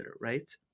Right